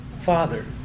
Father